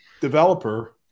developer